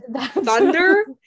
Thunder